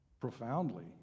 Profoundly